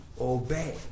obey